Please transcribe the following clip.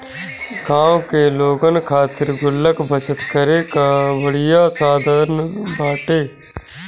गांव के लोगन खातिर गुल्लक बचत करे कअ बढ़िया साधन बाटे